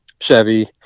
Chevy